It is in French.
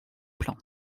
plan